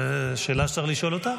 זו שאלה שצריך לשאול אותם.